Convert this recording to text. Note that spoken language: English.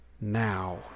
now